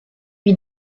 lui